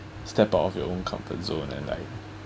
step out of your own comfort zone and like